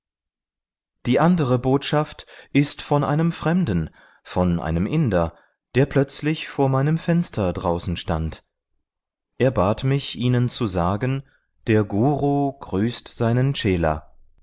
die andere botschaft ist von einem fremden von einem inder der plötzlich vor meinem fenster draußen stand er bat mich ihnen zu sagen der guru grüßt seinen